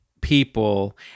people